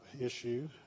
issue